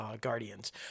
Guardians